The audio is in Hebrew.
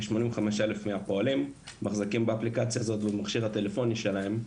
כשמונים וחמש אלף מהפועלים מחזיקים באפליקציה הזו במכשיר הטלפוני שלהם.